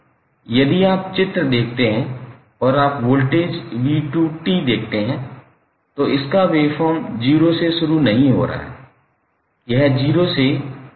यदि आप चित्र देखते हैं और आप वोल्टेज 𝑣2𝑡 देखते हैं तो इसका वेवफॉर्म 0 से शुरू नहीं हो रहा है यह 0 से पहले कहीं से शुरू हो रहा है